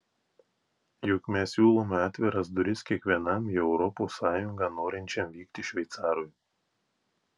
juk mes siūlome atviras duris kiekvienam į europos sąjungą norinčiam vykti šveicarui